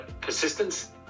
persistence